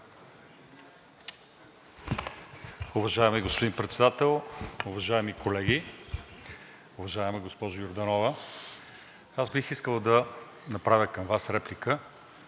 Уважаеми господин Председател, уважаеми колеги! Уважаема госпожо Йорданова, аз бих искал да направя към Вас реплика